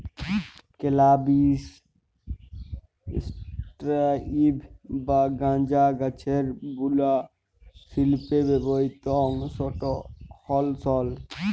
ক্যালাবিস sativa বা গাঁজা গাহাচের বুলা শিল্পে ব্যাবহিত অংশট হ্যল সল